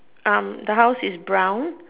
um the house is brown